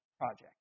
project